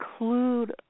include